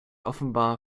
offenbar